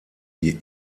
die